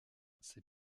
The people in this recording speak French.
ses